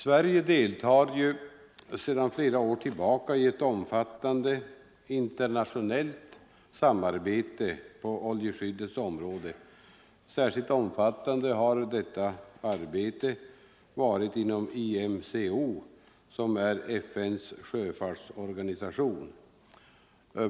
Sverige deltar sedan flera år tillbaka i ett omfattande internationellt samarbete på oljeskyddets område. Särskilt omfattande har detta arbete varit inom IMCO, som är FN:s sjöfartsorganisation.